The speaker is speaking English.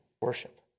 worship